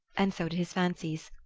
and so did his fancies.